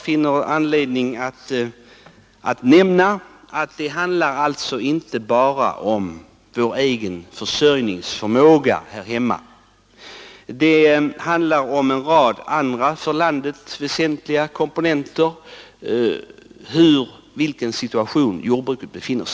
Det handlar i dag inte bara om vår egen försörjningsförmåga utan även om en rad andra för landet väsentliga komponenter som berör jordbrukets situation.